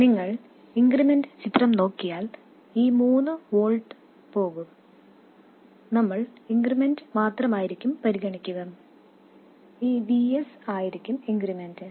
നിങ്ങൾ ഇൻക്രിമെൻറ് ചിത്രം നോക്കിയാൽ ഈ മൂന്ന് വോൾട്ട് പോകും നമ്മൾ ഇൻക്രിമെൻറ് മാത്രമായിരിക്കും പരിഗണിക്കുക ഈ Vs ആയിരിക്കും ഇൻക്രിമെന്റ്